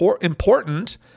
important